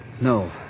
No